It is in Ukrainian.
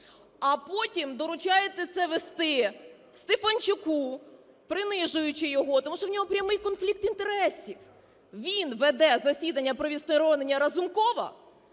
а потім доручаєте це вести Стефанчуку, принижуючи його, тому що у нього прямий конфлікт інтересів. Він веде засідання про відсторонення Разумкова